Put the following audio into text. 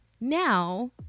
Now